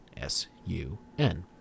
S-U-N